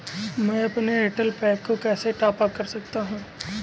मैं अपने Airtel pack को कैसे टॉप अप कर सकता हूँ?